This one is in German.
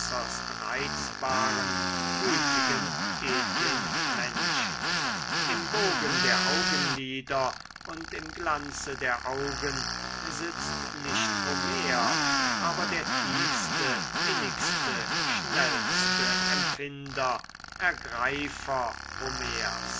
reizbaren gütigen edlen menschen im bogen der augenlider und im glanze der augen sitzt nicht homer aber der tiefste innigste schnelleste empfinder ergreifer homers